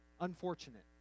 unfortunate